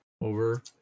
over